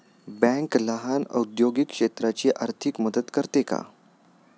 Bank लहान औद्योगिक क्षेत्राची आर्थिक मदत करते का?